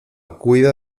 cuida